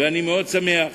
אני שמח